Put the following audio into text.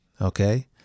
okay